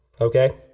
okay